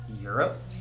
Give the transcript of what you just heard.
Europe